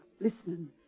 listening